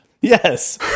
Yes